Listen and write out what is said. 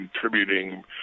contributing